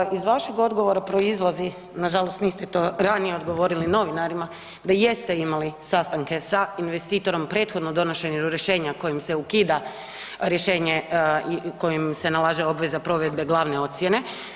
Dakle, iz vašeg odgovora proizlazi, nažalost niste to ranije odgovorili novinarima da jeste imali sastanke sa investitorom prethodno donošenju rješenja kojim se ukida rješenje kojim se nalaže obveza provedbe glavne ocjene.